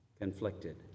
conflicted